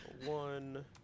One